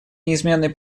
неизменной